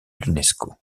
l’unesco